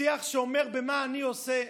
שיח שאומר: מה אני עושה,